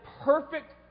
perfect